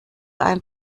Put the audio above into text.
ein